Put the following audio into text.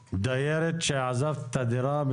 שעזבה את הדירה,